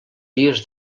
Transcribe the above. dies